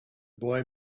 boy